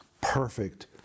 perfect